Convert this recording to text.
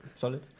solid